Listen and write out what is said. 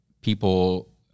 people